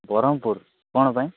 ବ୍ରହ୍ମପୁର କ'ଣ ପାଇଁ